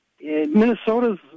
Minnesota's